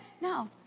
No